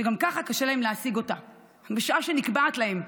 שגם ככה קשה להם להשיג אותה, בשעה שנקבעת להם.